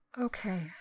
Okay